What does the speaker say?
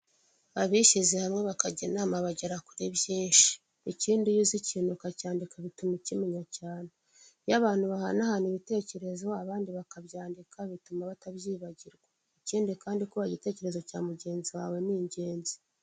Abishize hamwe bakajya inama bagera kuri byinshi, ikindi iyo uzi ikintu ukacyandika bituma ukimenya cyane. Iyo abantu bahanahana ibitekerezo abandi bakabyandika bituma batabyibagirwa. Ikindi kandi kubaha igitekerezo cya mugenzi wawe ni ingenzi,.